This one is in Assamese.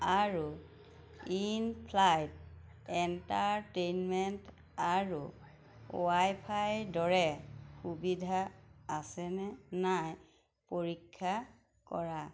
আৰু ইন ফ্লাইট এণ্টাৰটেইনমেণ্ট আৰু ৱাইফাইৰ দৰে সুবিধা আছেনে নাই পৰীক্ষা কৰা